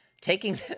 taking